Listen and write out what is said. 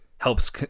helps